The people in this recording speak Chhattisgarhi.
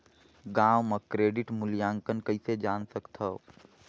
गांव म क्रेडिट मूल्यांकन कइसे जान सकथव?